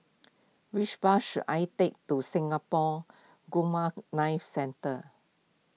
which bus should I take to Singapore Gamma Knife Centre